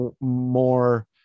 more